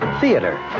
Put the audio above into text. theater